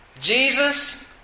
Jesus